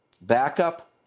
backup